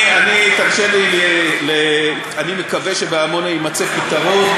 אני, תרשה לי, אני מקווה שבעמונה יימצא פתרון: